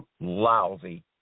lousy